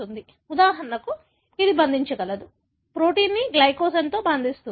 కాబట్టి ఉదాహరణకు ఇది బంధించగలదు ప్రోటీన్ గ్లైకోజెన్తో బంధిస్తుంది